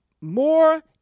more